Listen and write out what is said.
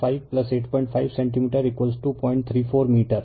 तो 178585 centimetre 034 metre